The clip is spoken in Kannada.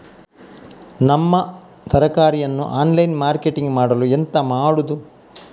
ನಮ್ಮ ತರಕಾರಿಯನ್ನು ಆನ್ಲೈನ್ ಮಾರ್ಕೆಟಿಂಗ್ ಮಾಡಲು ಎಂತ ಮಾಡುದು?